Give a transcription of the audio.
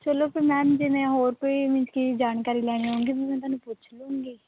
ਚਲੋ ਫਿਰ ਮੈਮ ਜਿਵੇਂ ਹੋਰ ਕੋਈ ਮੀਨਜ਼ ਕਿ ਜਾਣਕਾਰੀ ਲੈਣੀ ਹੋਵੇਗੀ ਮੈਂ ਤੁਹਾਨੂੰ ਪੁੱਛ ਲੂੰਗੀ